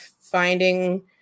finding